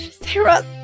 Sarah